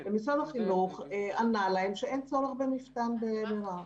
ומשרד החינוך ענה להם שאין צורך במפתן ברהט,